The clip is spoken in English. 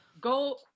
Go